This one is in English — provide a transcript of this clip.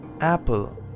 apple